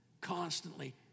Constantly